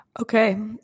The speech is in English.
Okay